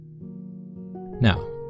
Now